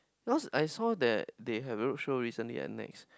because I saw that they have roadshow recently and next